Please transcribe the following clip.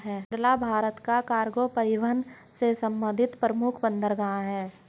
कांडला भारत का कार्गो परिवहन से संबंधित प्रमुख बंदरगाह है